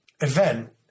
event